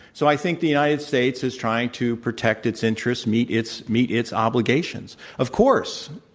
so i think the united states is trying to protect its interests, meet its meet its obligations. of course,